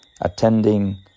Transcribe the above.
attending